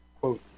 Quote